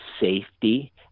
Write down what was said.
Safety